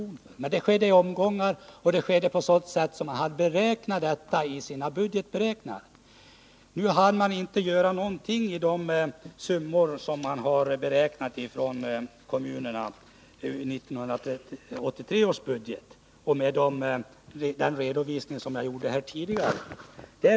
Men dessa devalveringar skedde i omgångar och på ett sådant sätt att kommunerna hann ta hänsyn till dem i sina budgetar. Nu hann kommunerna inte göra någonting i sina budgetar för 1983 enligt den redovisning som jag tidigare gav.